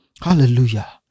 Hallelujah